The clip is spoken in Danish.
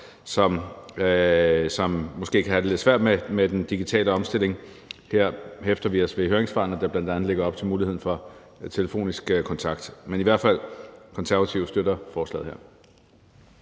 som måske kan have det lidt svært med den digitale omstilling. Her hæfter vi os ved høringssvarene, der bl.a. lægger op til muligheden for telefonisk kontakt. Men Konservative støtter i hvert